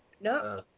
No